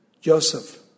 Joseph